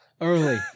early